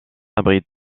abrite